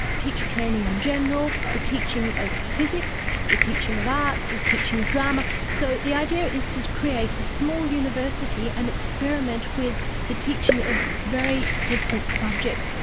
teacher-training in general, the teaching of physics, the teaching of art, the teaching of drama, so the idea is to create a small university and experiment with the teaching of very different subjects,